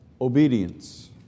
obedience